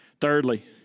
Thirdly